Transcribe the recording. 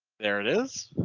there, it is.